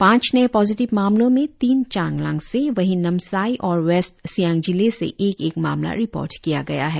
पांच नए पोजिटिव मामलो में तीन चांगलांग से वही नामसाई और वेस्ट सियांग जिले से एक एक मामला रिपोर्ट किया गया है